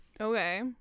Okay